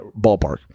ballpark